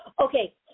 Okay